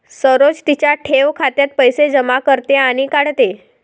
सरोज तिच्या ठेव खात्यात पैसे जमा करते आणि काढते